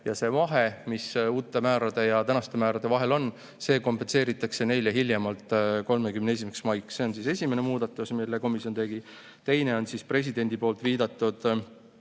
ja see vahe, mis uute määrade ja tänaste määrade vahel on, kompenseeritakse neile hiljemalt 31. maiks. See on esimene muudatus, mille komisjon tegi. Teine on presidendi poolt viidatud